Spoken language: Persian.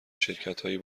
شرکتهایی